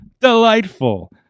delightful